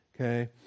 okay